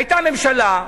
היתה ממשלה,